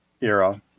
era